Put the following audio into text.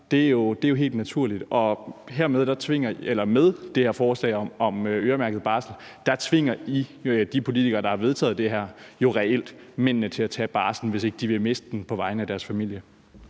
er jo helt naturligt, og med forslaget om øremærket barsel tvinger I, de politikere, der har vedtaget det, jo reelt mændene til at tage barslen, hvis ikke de vil miste den på vegne af deres familie.